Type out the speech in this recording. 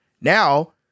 Now